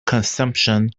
consumption